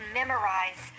memorize